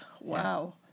Wow